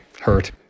hurt